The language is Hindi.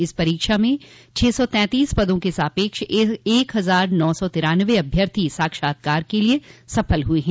इस परीक्षा में छह सौ ततीस पदा के सापेक्ष एक हजार नौ सौ तिरानवे अभ्यर्थी साक्षात्कार के लिए सफल हुए हैं